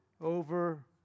over